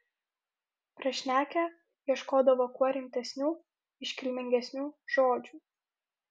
prašnekę ieškodavo kuo rimtesnių iškilmingesnių žodžių